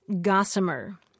Gossamer